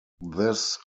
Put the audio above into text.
this